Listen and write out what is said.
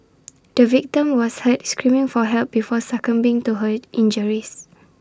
the victim was heard screaming for help before succumbing to her injuries